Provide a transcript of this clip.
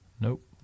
Nope